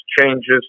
changes